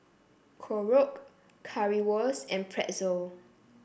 Korokke Currywurst and Pretzel